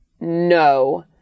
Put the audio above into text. no